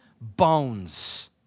bones